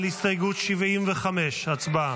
ההסתייגות לא התקבלה.